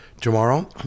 tomorrow